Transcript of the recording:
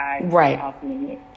Right